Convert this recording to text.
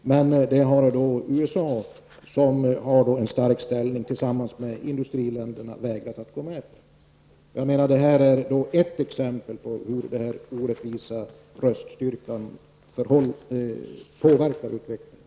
Men detta har USA, som har en stark ställning tillsammans med industriländerna, vägrat att gå med på. Detta är ett exempel på hur den orättvisa röststyrkan påverkar utvecklingen.